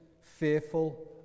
fearful